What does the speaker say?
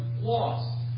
lost